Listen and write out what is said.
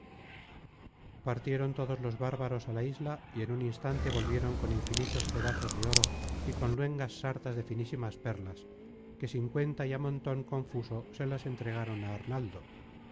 partieron todos los bárbaros á la isla y en un instante volvieron con infinitos pedazos de oro y con luengas sartas de finísimas perlas que sin cuenta y á monton confuso se las entregaron á arnaldo